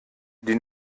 die